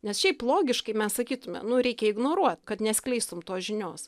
nes šiaip logiškai mes sakytume nu reikia ignoruot kad neskleistum tos žinios